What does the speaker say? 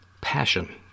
passion